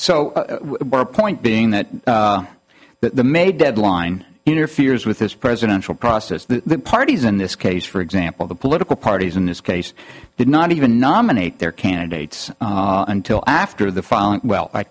the point being that the may deadline interferes with this presidential process the parties in this case for example the political parties in this case did not even nominate their candidates until after the